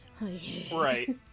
Right